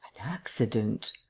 accident.